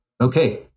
okay